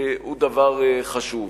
הם חשובים.